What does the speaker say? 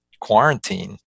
quarantine